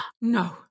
No